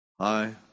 Hi